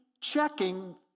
checking